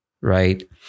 right